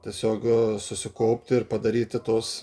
tiesiog susikaupti ir padaryti tuos